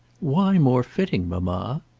why more fitting, mamma?